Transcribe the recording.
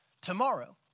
tomorrow